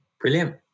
Brilliant